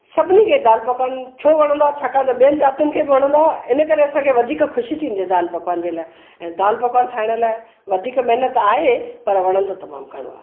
सभिनी खे दालि पकवान छो वणंदो आहे छाकाणि त ॿियनि ज़ातियुनि खे बि वणंदो आहे इन करे असांखे वधीक ख़ुशी थींदी आहे दालि पकवान जे लाइ ऐं दालि पकवान ठाहिण लाइ वधीक महिनतु आहे पर वणंदो तमामु घणो आहे